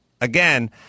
again